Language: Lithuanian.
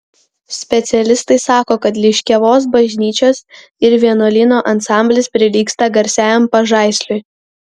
specialistai sako kad liškiavos bažnyčios ir vienuolyno ansamblis prilygsta garsiajam pažaisliui